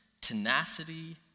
tenacity